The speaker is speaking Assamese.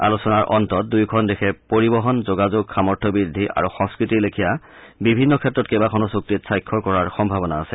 আলোচনাৰ অন্তত দুয়োখন দেশে পৰিবহন যোগাযোগ সামৰ্থ বৃদ্ধি আৰু সংস্কৃতিৰ লেখীয়া বিভিন্ন ক্ষেত্ৰত কেইবাখনো চুক্তিত স্বাক্ষৰ কৰাৰ সম্ভাৱনা আছে